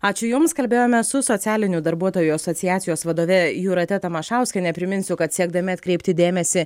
ačiū jums kalbėjome su socialinių darbuotojų asociacijos vadove jūrate tamašauskiene priminsiu kad siekdami atkreipti dėmesį